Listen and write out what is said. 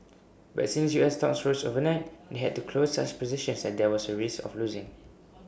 but since U S stocks rose overnight they had to close such positions as there was A risk of losing